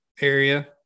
area